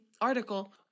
article